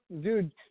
dude